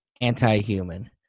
anti-human